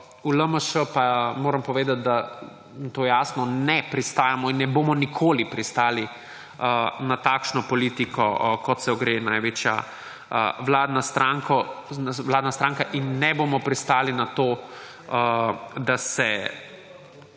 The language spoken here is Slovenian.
V LMŠ pa moram povedati, da na to, jasno, ne pristajamo in ne bomo nikoli pristali na takšno politiko, kot se je gre največja vladna stranka, in ne bomo pristali na to, da se